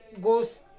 goes